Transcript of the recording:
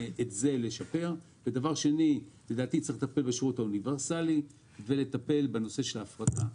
לדעתי צריך לטפל בשירות האוניברסאלי ובנושא של ההפרטה.